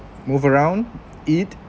move around eat